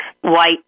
white